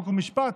חוק ומשפט.